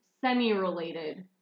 semi-related